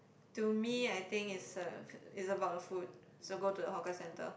to me I think is a is about the food so go to the hawker centre